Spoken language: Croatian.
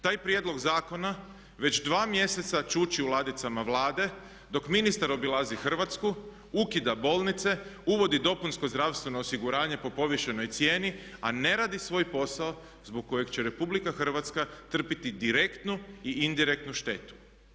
Taj prijedlog zakona već dva mjeseca čuči u ladicama Vlade dok ministar obilazi Hrvatsku, ukida bolnice, uvodi dopunsko zdravstveno osiguranje po povišenoj cijeni a ne radi svoj posao zbog kojeg će RH trpjeti direktnu i indirektnu štetu.